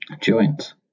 joints